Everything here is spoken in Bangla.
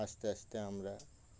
আস্তে আস্তে আমরা